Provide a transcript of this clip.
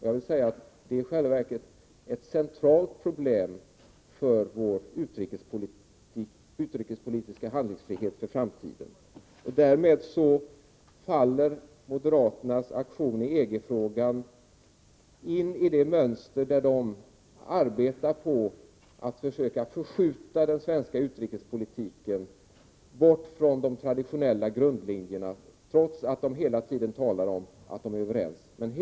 Jag vill säga att det i själva verket är ett centralt problem för vår utrikespolitiska handlingsfrihet i framtiden, och därmed faller moderaternas aktion i EG-frågan in i det mönster, där moderaterna arbetar på att försöka förskjuta den svenska utrikespolitiken bort från de traditionella grundlinjerna, trots att de hela tiden talar om att de är överens med oss.